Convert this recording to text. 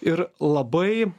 ir labai